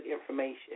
information